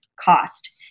cost